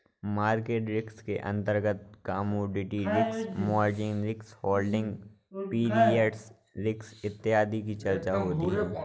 market risk के अंतर्गत commodity risk, margin risk, holding period risk इत्यादि की चर्चा होती है